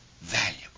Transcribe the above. valuable